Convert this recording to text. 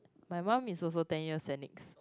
my mom is also ten years saint nick's